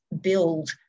build